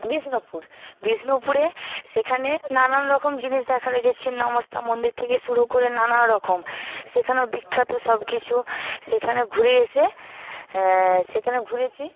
বিষ্ণুপুর বিষ্ণুপুরে সেখানে নানান রকম জিনিস দেখার রয়েছে ছিন্নমস্তা মন্দির থেকে শুরু করে নানা রকম সেখানেও বিখ্যাত সব কিছু সেখানে ঘুরে এসে সেখানে ঘুরেছি